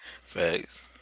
Facts